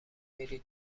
میری